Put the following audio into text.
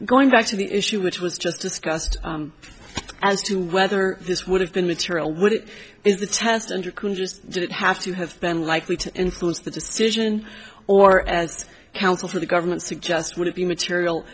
going back to the issue which was just discussed as to whether this would have been material would it is the test and didn't have to have been likely to influence the decision or as counsel for the government suggest would it be material